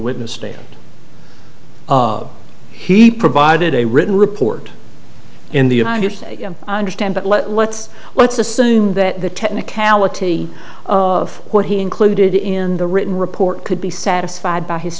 witness stand he provided a written report in the united states i understand but let let's let's assume that the technicality of what he included in the written report could be satisfied by his